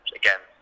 again